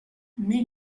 mais